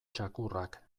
txakurrak